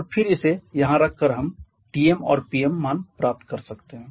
और फिर इसे यहाँ रखकर हम Tm और Pm मान प्राप्त कर सकते हैं